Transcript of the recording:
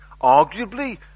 Arguably